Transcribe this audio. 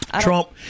Trump